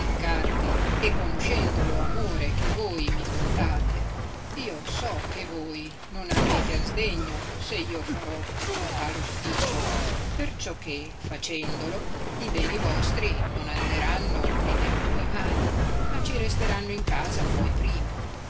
impiccarvi e conoscendo lo amore che voi mi portate io so che voi non arrete a sdegno se io farò cotal ufficio perciò che facendolo i beni vostri non anderanno nelle altrui mani ma ci resteranno in casa come prima